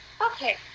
okay